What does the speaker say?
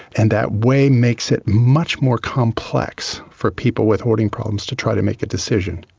and that way makes it much more complex for people with hoarding problems to try to make a decision.